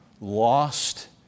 lost